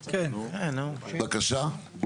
בבקשה.